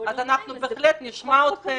אז אנחנו בהחלט נשמע אתכם,